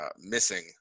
missing